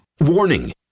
Warning